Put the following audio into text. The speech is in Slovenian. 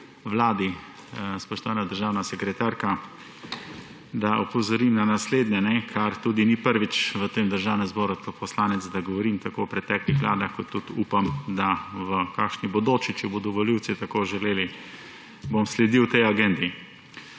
Vladi, spoštovana državna sekretarka, da opozorim na naslednje, kar tudi ni prvič v tem državnem zboru, da govorim kot poslanec tako preteklih vlad, kot tudi upam, da v kakšni bodoči, če bodo volivci tako želeli, bom sledil tej agendi